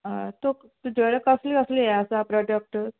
तोक तुजे कडेन कसले कसले हे आसा प्रडक्ट